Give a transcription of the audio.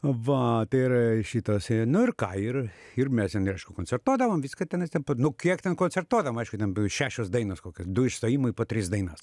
va ir šitas nu ir ką ir ir mes ten ir aišku koncertuodavom viską tenais ten pa nu kiek ten koncertuodavom aišku ten šešios dainos kokios du išstojimai po tris dainas